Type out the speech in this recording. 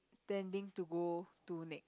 ~tending to go to next